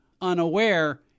unaware